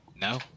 no